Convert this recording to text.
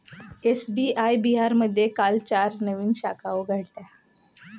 SBI बिहारमध्ये काल चार नवीन शाखा उघडल्या